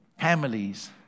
families